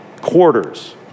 quarters